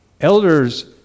Elders